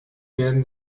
werden